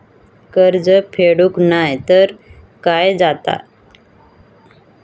कर्ज फेडूक नाय तर काय जाताला?